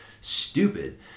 stupid